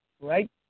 right